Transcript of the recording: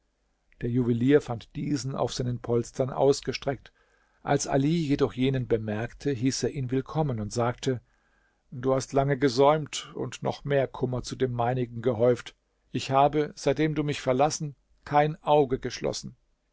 der juwelier fand diesen auf seinen polstern ausgestreckt als ali jedoch jenen bemerkte hieß er ihn willkommen und sagte du hast lange gesäumt und noch mehr kummer zu dem meinigen gehäuft ich habe seitdem du mich verlassen kein auge geschlossen